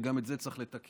וגם את זה צריך לתקן.